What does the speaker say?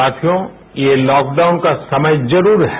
साथियों ये लॉकडाउन का समय जरूर है